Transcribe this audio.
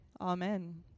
Amen